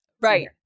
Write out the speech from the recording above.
right